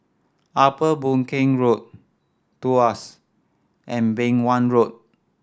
Upper Boon Keng Road Tuas and Beng Wan Road